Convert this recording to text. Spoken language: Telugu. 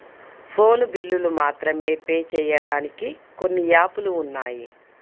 ఫోను బిల్లులు మాత్రమే పే చెయ్యడానికి కొన్ని యాపులు ఉన్నాయి